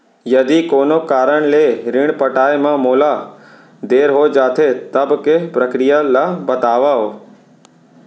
यदि कोनो कारन ले ऋण पटाय मा मोला देर हो जाथे, तब के प्रक्रिया ला बतावव